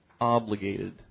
obligated